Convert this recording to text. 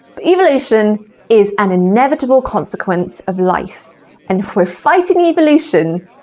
but evolution is an inevitable consequence of life and if we're fighting evolution,